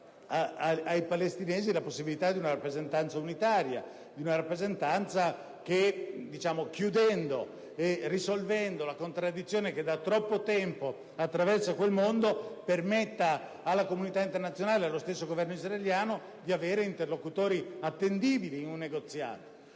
ai palestinesi la possibilità di una rappresentanza unitaria, che, chiudendo e risolvendo la contraddizione che da troppo tempo attraversa quel mondo, permetta alla comunità internazionale e allo stesso Governo israeliano di avere interlocutori attendibili in un negoziato.